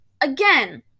Again